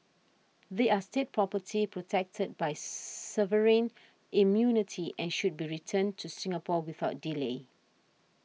they are State property protected by sovereign immunity and should be returned to Singapore without delay